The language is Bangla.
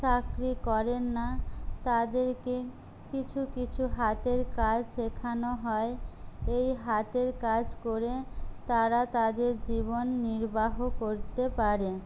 চাকরি করেন না তাদেরকে কিছু কিছু হাতের কাজ শেখানো হয় এই হাতের কাজ করে তারা তাদের জীবন নির্বাহ করতে পারে